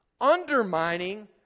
undermining